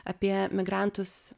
apie migrantus